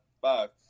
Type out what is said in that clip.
five